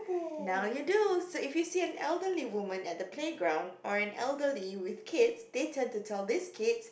now you do so if you see an elderly woman at the playground or an elderly with kids they turn to tell this kid